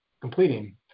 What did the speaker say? completing